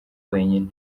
wenyine